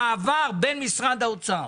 המעבר בין משרד האוצר,